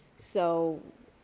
so,